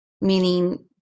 meaning